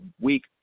week